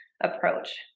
approach